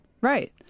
Right